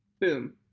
boom